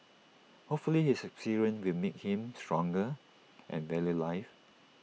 hopefully this experience will make him stronger and value life